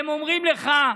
הם אומרים לך: